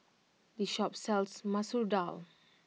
this shop sells Masoor Dal